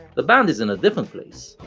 the band is in a different place,